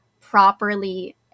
properly